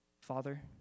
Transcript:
father